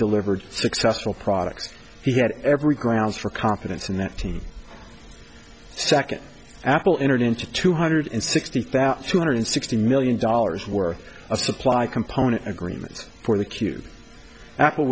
delivered successful products he had every grounds for confidence in that team second apple entered into two hundred sixty thousand two hundred sixty million dollars worth of supply component agreements for the cute apple